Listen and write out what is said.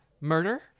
Murder